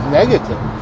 negative